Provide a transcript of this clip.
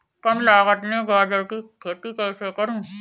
कम लागत में गाजर की खेती कैसे करूँ?